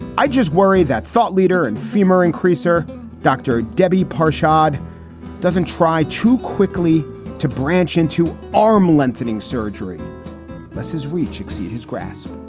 i just worry that thought leader and femur increaser dr. debbie pasa shahd doesn't try too quickly to branch into arm lengthening surgery losses which exceed his grasp.